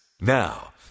Now